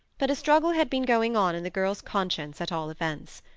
but a struggle had been going on in the girl's conscience, at all events.